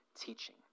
teaching